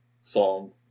song